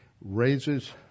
raises